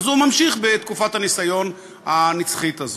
אז הוא ממשיך בתקופת הניסיון הנצחית הזאת.